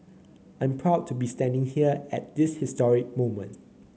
I'm proud to be standing here at this historic moment